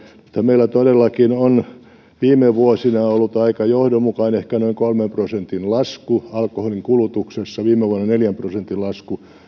meillä todellakin on viime vuosina ollut aika johdonmukainen ehkä noin kolmen prosentin lasku alkoholin kulutuksessa viime vuonna neljän prosentin lasku